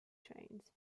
trains